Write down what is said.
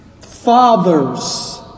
fathers